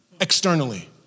externally